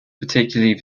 particularly